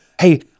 Hey